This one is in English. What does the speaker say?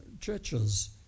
churches